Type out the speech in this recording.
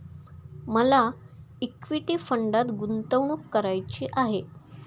मला इक्विटी फंडात गुंतवणूक करायची आहे